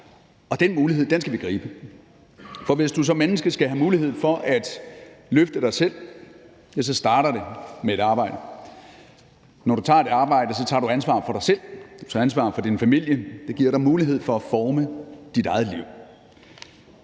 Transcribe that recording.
og den mulighed skal vi gribe. For hvis du som menneske skal have mulighed for at løfte dig selv, starter det med et arbejde. Når du tager et arbejde, tager du ansvar for dig selv. Du tager ansvar for din familie, det giver dig mulighed for at forme dit eget liv.